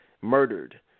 murdered